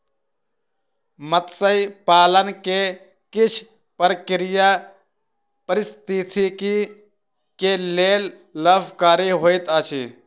मत्स्य पालन के किछ प्रक्रिया पारिस्थितिकी के लेल लाभकारी होइत अछि